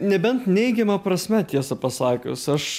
nebent neigiama prasme tiesą pasakius aš